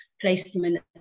placement